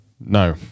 No